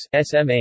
SMA